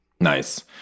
nice